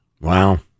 Wow